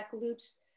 loops